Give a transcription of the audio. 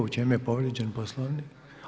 U čemu je povrijeđen Poslovnik?